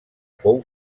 fou